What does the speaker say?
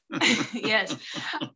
Yes